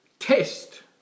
test